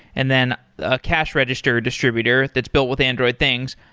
and then a cash register distributor that's built with android things.